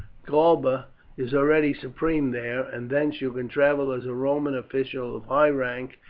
galba is already supreme there, and thence you can travel as a roman official of high rank.